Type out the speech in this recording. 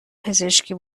پزشکی